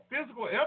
physical